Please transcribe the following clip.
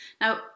Now